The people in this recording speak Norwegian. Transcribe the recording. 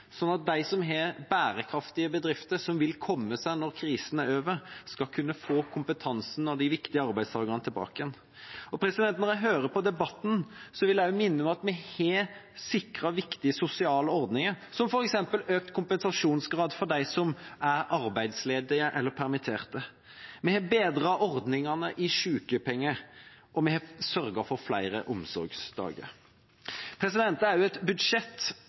at de som har bærekraftige bedrifter, som vil komme seg når krisen er over, skal kunne få kompetansen og de viktige arbeidstakerne tilbake. Når jeg hører på debatten, vil jeg også minne om at vi har sikret viktige sosiale ordninger, som f.eks. økt kompensasjonsgrad for dem som er arbeidsledige eller permittert. Vi har bedret ordningene for sykepenger, og vi har sørget for flere omsorgsdager. Det er et budsjett